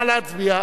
נא להצביע.